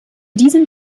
diesem